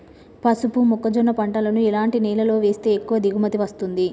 పసుపు మొక్క జొన్న పంటలను ఎలాంటి నేలలో వేస్తే ఎక్కువ దిగుమతి వస్తుంది?